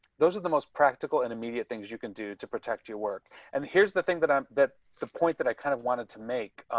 those are the most practical and immediate things you can do to protect your work. and here's the thing that i'm that the point that i kind of wanted to make